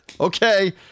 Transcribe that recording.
okay